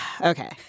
Okay